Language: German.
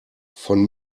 von